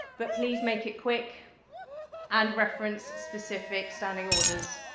but please, make it quick and reference specific standing orders.